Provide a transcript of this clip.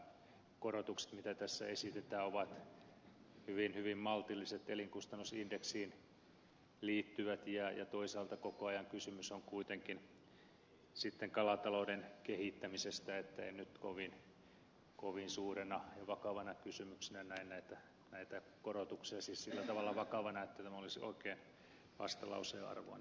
kuitenkin nämä korotukset mitä tässä esitetään ovat hyvin hyvin maltilliset elinkustannusindeksiin liittyvät ja toisaalta koko ajan kysymys on kuitenkin kalatalouden kehittämisestä niin että en nyt kovin suurena ja vakavana kysymyksenä näe näitä korotuksia siis sillä tavalla vakavana että tämä olisi oikein vastalauseen arvoinen kysymys